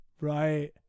right